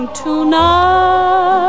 tonight